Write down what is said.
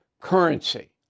currency